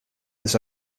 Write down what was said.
his